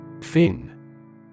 Fin